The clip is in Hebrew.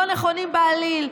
לא נכונים בעליל,